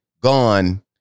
gone